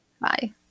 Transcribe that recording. Bye